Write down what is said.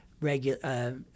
regular